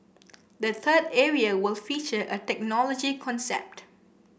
the third area will feature a technology concept